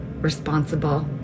responsible